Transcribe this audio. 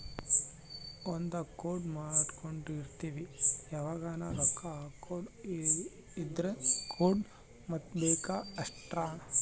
ಒಂದ ಕೋಡ್ ಮಾಡ್ಕೊಂಡಿರ್ತಿವಿ ಯಾವಗನ ರೊಕ್ಕ ಹಕೊದ್ ಇದ್ರ ಕೋಡ್ ವತ್ತಬೆಕ್ ಅಷ್ಟ